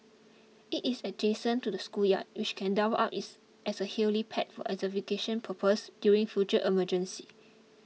it is adjacent to the schoolyard which can double up is as a helipad for evacuation purposes during future emergencies